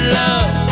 love